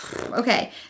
Okay